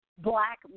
black